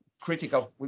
critical